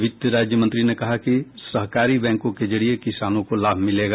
वित्त राज्य मंत्री ने कहा कि सहकारी बैंकों के जरिये किसानों को लाभ मिलेगा